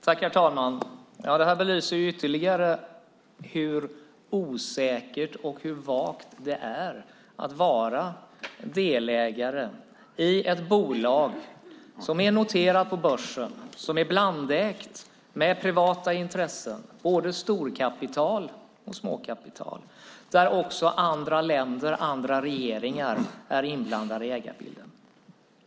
Herr talman! Det här belyser ytterligare hur osäkert och vagt det är att vara delägare i ett bolag som är noterat på börsen och som är blandägt, där det är privata intressen, både storkapital och småkapital, och där också andra länder och andra regeringar är inblandade i ägarbilden.